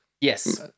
Yes